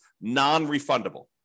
non-refundable